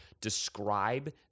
describe